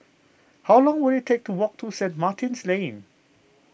how long will it take to walk to Saint Martin's Lane